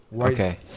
Okay